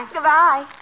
Goodbye